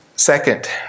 Second